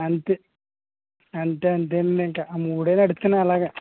అంతే అంతే అంతేనండి ఇంక ఆ మూడే నడుస్తున్నాయి అలాగ